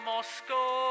Moscow